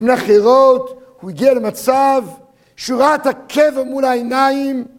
מן החירות הוא הגיע למצב שהוא ראה את הקבר מול העיניים